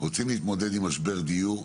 רוצים להתמודד עם משבר דיור?